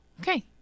Okay